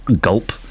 gulp